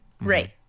right